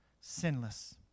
sinless